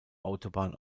autobahn